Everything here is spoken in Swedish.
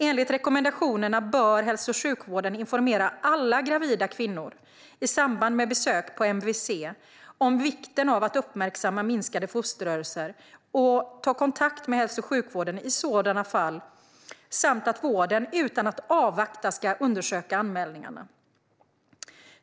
Enligt rekommendationerna bör hälso och sjukvården informera alla gravida kvinnor i samband med besök på MVC om vikten av att uppmärksamma minskade fosterrörelser och ta kontakt med hälso och sjukvården i sådana fall samt att vården utan att avvakta ska undersöka anmälningarna.